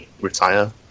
retire